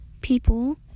people